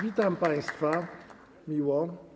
Witam państwa miło.